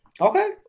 Okay